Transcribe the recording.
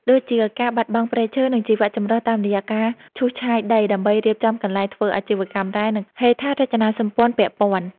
ដូចជាការបាត់បង់ព្រៃឈើ និងជីវៈចម្រុះតាមរយះ ការឈូសឆាយដីដើម្បីរៀបចំកន្លែងធ្វើអាជីវកម្មរ៉ែ និងហេដ្ឋារចនាសម្ព័ន្ធពាក់ព័ន្ធ ។